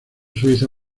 suiza